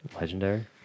legendary